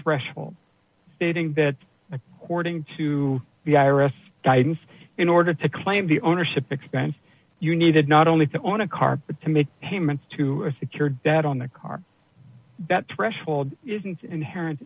threshold stating that according to the i r s guidance in order to claim the ownership expense you needed not only to own a car but to make payments to secure data on the car that threshold isn't inherent